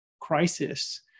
crisis